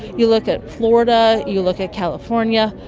you look at florida, you look at california,